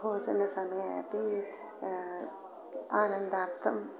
भोजनसमये अपि आनन्दार्थं